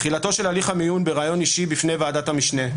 תחילתו של הליך המיון בראיון אישי בפני ועדת המשנה.